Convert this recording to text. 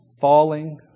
falling